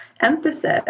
emphasis